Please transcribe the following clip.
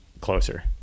closer